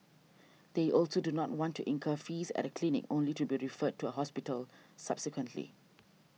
they also do not want to incur fees at a clinic only to be referred to a hospital subsequently